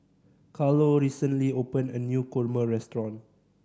Carlo recently opened a new kurma restaurant